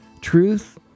truth